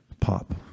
pop